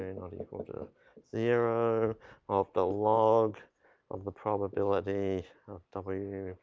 not equal to zero of the log of the probability of w